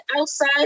outside